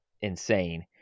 insane